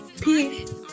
Peace